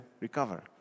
recover